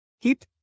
keep